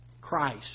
Christ